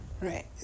right